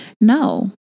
no